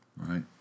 Right